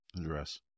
Address